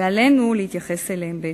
ועלינו להתייחס אליהן בהתאם.